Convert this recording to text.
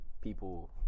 people